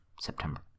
september